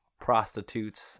prostitutes